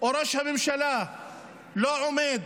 או ראש הממשלה לא עומד